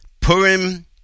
Purim